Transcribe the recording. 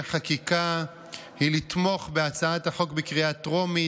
חקיקה היא לתמוך בהצעת החוק בקריאה טרומית,